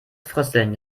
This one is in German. frösteln